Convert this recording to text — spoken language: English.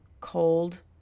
cold